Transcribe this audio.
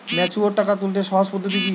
Mature টাকা তুলতে সহজ পদ্ধতি কি?